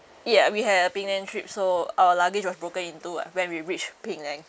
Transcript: ya we had a penang trip so our luggage was broken in two ah when we reached penang